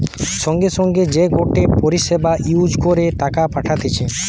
সঙ্গে সঙ্গে যে গটে পরিষেবা ইউজ করে টাকা পাঠতিছে